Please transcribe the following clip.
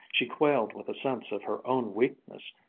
she quailed with a sense of her own weakness,